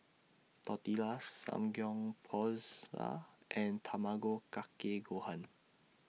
Tortillas Samgyeopsal and Tamago Kake Gohan